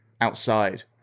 outside